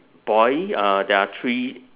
boy uh there are three